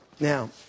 Now